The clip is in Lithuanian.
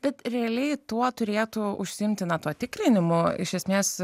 bet realiai tuo turėtų užsiimti na tuo tikrinimu iš esmės